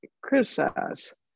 criticize